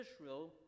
Israel